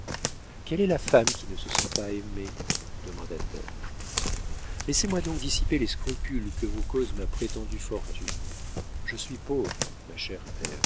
quelle est la femme qui ne se sent pas aimée demanda-t-elle laissez-moi donc dissiper les scrupules que vous cause ma prétendue fortune je suis pauvre ma chère